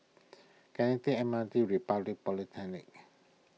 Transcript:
can I take M R T Republic Polytechnic